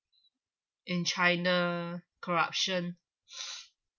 in china corruption